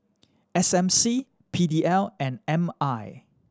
S M C P D L and M I